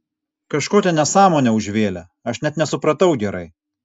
kažkokią nesąmonę užvėlė aš net nesupratau gerai